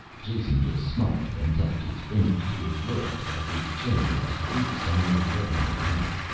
jason just smiled and touched his finger to his lips as his chain was released and they led him away.